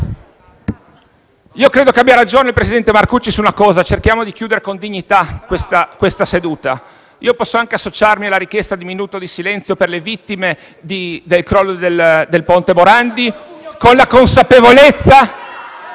Io credo che il presidente Marcucci abbia ragione su una cosa: cerchiamo di chiudere con dignità questa seduta. Posso anche associarmi alla richiesta di un minuto di silenzio per le vittime del crollo del ponte Morandi, con la consapevolezza...